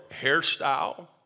hairstyle